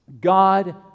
God